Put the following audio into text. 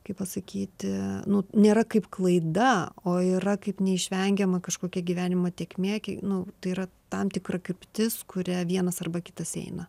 kaip pasakyti nu nėra kaip klaida o yra kaip neišvengiama kažkokia gyvenimo tėkmė nu tai yra tam tikra kryptis kuria vienas arba kitas eina